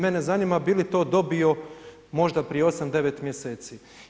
Mene zanima, bi li to dobio možda prije 8, 9 mjeseci.